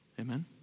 Amen